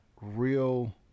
real